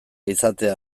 izatea